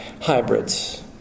hybrids